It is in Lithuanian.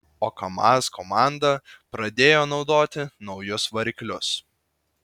o kamaz komanda pradėjo naudoti naujus variklius